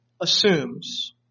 assumes